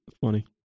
Funny